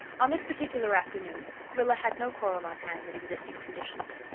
on this particular afternoon rilla had no quarrel on hand with existing conditions.